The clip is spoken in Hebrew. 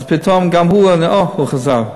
אז פתאום גם הוא, או, הוא חזר.